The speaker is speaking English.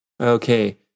Okay